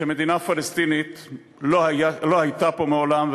שמדינה פלסטינית לא הייתה פה מעולם,